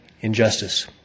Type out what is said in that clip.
Injustice